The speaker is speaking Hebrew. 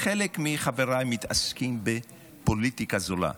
חלק מחבריי מתעסקים בפוליטיקה זולה,